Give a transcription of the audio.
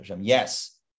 yes